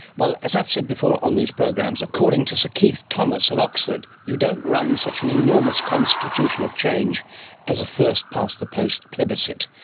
well, as i've said before on these programs, according to sir keith thomas of oxford, you don't run such an enormous constitutional change as a first-past-the-post plebiscite.